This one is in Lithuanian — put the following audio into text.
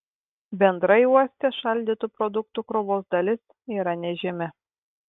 bendrai uoste šaldytų produktų krovos dalis yra nežymi